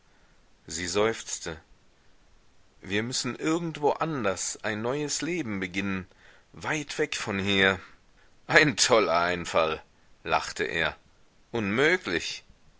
sie seufzte wir müssen irgendwo anders ein neues leben beginnen weit weg von hier ein toller einfall lachte er unmöglich